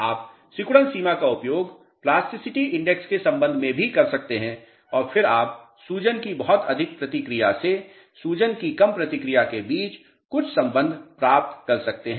आप सिकुड़न सीमा का उपयोग प्लास्टिसिटी इंडेक्स के संबंध में भी कर सकते हैं और फिर आप सूजन की बहुत अधिक प्रतिक्रिया से सूजन की कम प्रतिक्रिया के बीच कुछ संबंध प्राप्त कर सकते हैं